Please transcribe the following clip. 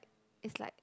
is like